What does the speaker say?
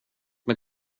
mig